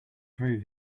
prove